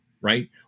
right